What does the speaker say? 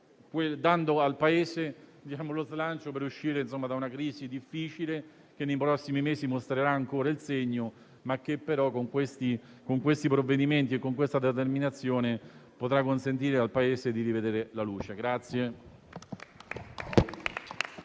dando al Paese lo slancio per uscire da una crisi difficile che nei prossimi mesi mostrerà ancora il segno. Con questi provvedimenti e con una tale questa determinazione, però, si consentirà al Paese di rivedere la luce.